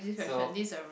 so